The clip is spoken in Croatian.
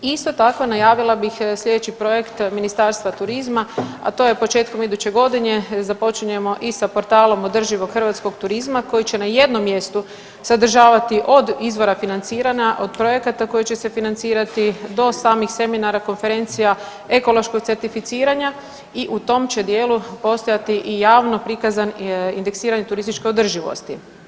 Isto tako najavila bih slijedeći projekt Ministarstva turizma, a to je početkom iduće godine započinjemo i sa portalom održivog hrvatskog turizma koji će na jednom mjestu sadržavati od izvora financiranja, od projekata koji će se financirati do samih seminara, konferencija, ekološkog certificiranja i u tom će dijelu postojati i javno prikazan indeksiranje turističke održivosti.